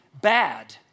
bad